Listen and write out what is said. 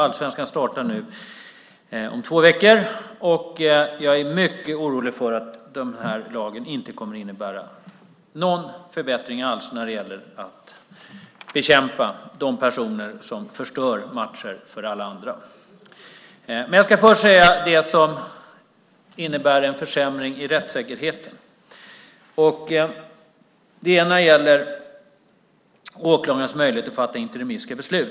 Allsvenskan startar om två veckor, och jag är mycket orolig för att den här lagen inte kommer att innebära någon förbättring alls när det gäller att bekämpa de personer som förstör matcher för alla andra. Jag ska först ta upp försämringarna i rättssäkerheten. Det ena gäller åklagarens möjlighet att fatta interimistiska beslut.